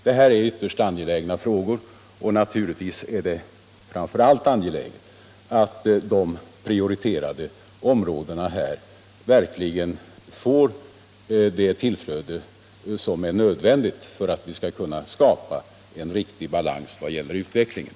Detta är ytterst angelägna frågor, och naturligtvis är det angeläget att de prioriterade områdena verkligen får den tillgång på läkare som är nödvändig för att vi skall kunna skapa en riktig balans vad gäller utvecklingen.